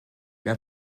mais